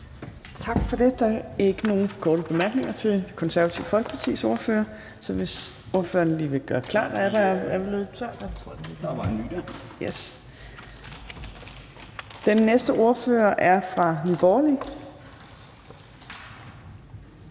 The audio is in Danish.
Tak for det. Der er ikke nogen korte bemærkninger til Det Konservative Folkepartis ordfører. Så hvis ordføreren lige vil gøre klar til næste ordfører. Den næste ordfører er fra Nye